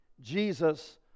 Jesus